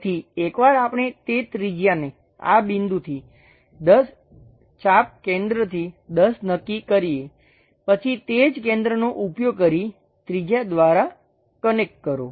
તેથી એકવાર આપણે તે ત્રિજ્યાને આ બિંદુથી 10 ચાપ કેન્દ્રથી 10 નક્કી કરીએ પછી તે જ કેન્દ્રનો ઉપયોગ કરી ત્રિજ્યા દ્વારા કનેક્ટ કરો